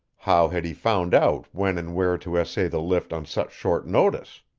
how had he found out when and where to essay the lift on such short notice?